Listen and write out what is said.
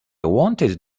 wanted